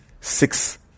six